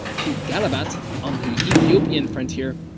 to gallabat, on the ethiopian frontier,